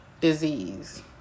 disease